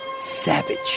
Savage